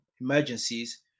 emergencies